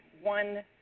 one